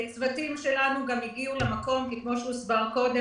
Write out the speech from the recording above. וצוותים שלנו גם הגיעו למקום כי כמו שהוסבר קודם,